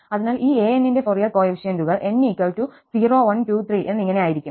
അതിനാൽ ഈ anന്റെ ഫൊറിയർ കോഎഫിഷ്യന്റുകൾ n 0123 എന്നിങ്ങനെ ആയിരിക്കും